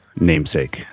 namesake